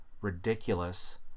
ridiculous